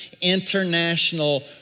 international